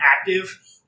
active